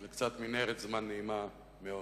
זה קצת מנהרת זמן נעימה מאוד.